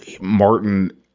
Martin